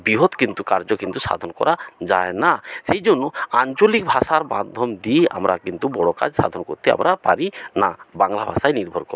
বৃহৎ কিন্তু কার্য কিন্তু সাধন করা যায় না সেই জন্য আঞ্চলিক ভাষার মাধ্যম দিয়ে আমরা কিন্তু বড়ো কাজ সাধন করতে আমরা পারি না বাংলা ভাষায় নির্ভর ক